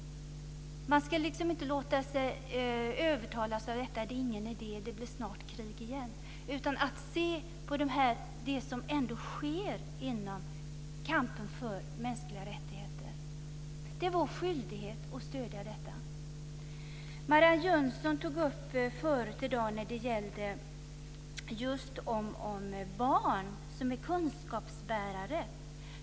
Man ska inte låta sig övertalas med att det inte är någon idé, att det snart blir krig igen, utan man ska se på det som ändå sker i kampen för mänskliga rättigheter. Det är vår skyldighet att stödja detta. Marianne Jönsson tog förut i dag upp barnen som kunskapsbärare.